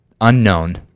unknown